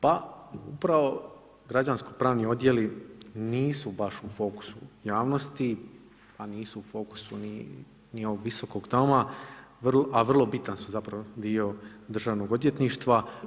Pa upravo građanskopravni odjeli nisu baš u fokusu javnosti, a nisu u fokusu ni ovog Visokog doma, a vrlo bitan su zapravo dio Državnog odvjetništva.